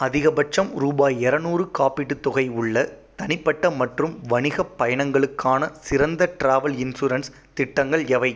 அதிகபட்சம் ரூபாய் இரநூறு காப்பீட்டுத் தொகை உள்ள தனிப்பட்ட மற்றும் வணிகப் பயணங்களுக்கான சிறந்த ட்ராவல் இன்சூரன்ஸ் திட்டங்கள் எவை